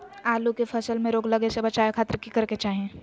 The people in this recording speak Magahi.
आलू के फसल में रोग लगे से बचावे खातिर की करे के चाही?